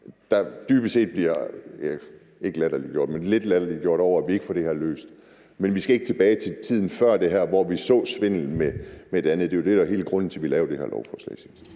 latterliggjort, men lidt latterliggjort, af at vi ikke får det her løst. Men vi skal ikke tilbage til tiden før det her, hvor vi så svindel med det andet. Det er jo det, der er hele grunden til, at vi lavede det her lovforslag